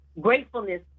gratefulness